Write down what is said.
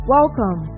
Welcome